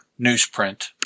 Newsprint